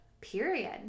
period